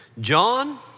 John